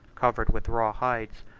covered with raw hides,